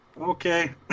Okay